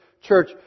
church